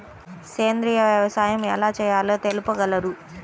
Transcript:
సేంద్రీయ వ్యవసాయం ఎలా చేయాలో తెలుపగలరు?